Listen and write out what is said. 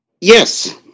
Yes